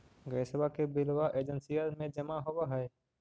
गैसवा के बिलवा एजेंसिया मे जमा होव है?